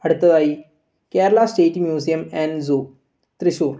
അടുത്തതായി Kerala state museum and zoo Thrissur